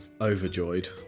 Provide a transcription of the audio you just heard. overjoyed